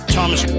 Thomas